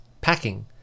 packing